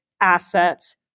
assets